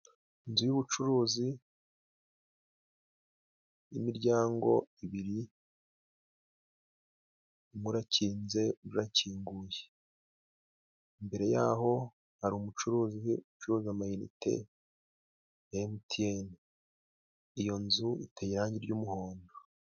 Inzu y'ubucuruzi imiryango urakinze undi urakinguye, imbere yaho hari umucuruzi ucuruza ama inite emutiyeni, iyo nzu iteye irangi ry'umuhondo.